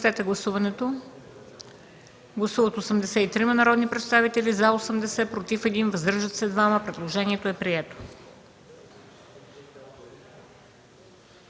Предложението е прието.